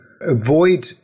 avoid